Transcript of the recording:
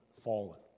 fallen